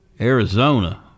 Arizona